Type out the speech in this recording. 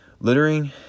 Littering